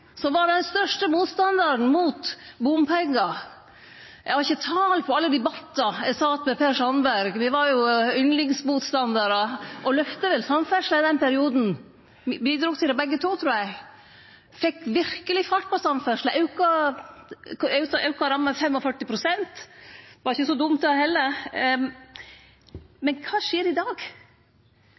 som var den største motstandaren mot bompengar – eg har ikkje tal på alle dei debattane eg sat med Per Sandberg. Me var jo yndlingsmotstandarar og løfta vel samferdsla i den perioden, me bidrog til det begge to, trur eg. Me fekk verkeleg fart på samferdsla og auka ramma med 45 pst. Det var ikkje so dumt, det heller. Men kva skjer i dag?